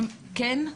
כן?